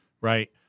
Right